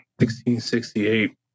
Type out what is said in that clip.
1668